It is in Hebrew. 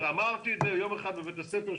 אמרתי את זה יום אחד בבית הספר,